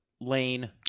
lane